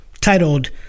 titled